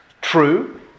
true